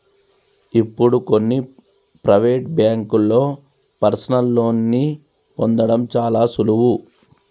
ఇప్పుడు కొన్ని ప్రవేటు బ్యేంకుల్లో పర్సనల్ లోన్ని పొందడం చాలా సులువు